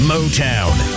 Motown